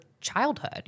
childhood